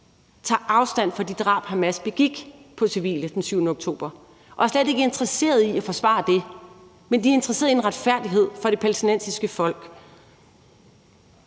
tager afstand fra de drab, Hamas begik på civile den 7. oktober, og er slet ikke interesserede i at forsvare det, men de er interesserede i en retfærdighed for det palæstinensiske folk.